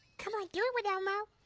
come on do it with elmo.